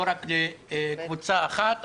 לא רק לקבוצה אחת.